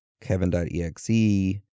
Kevin.exe